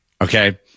Okay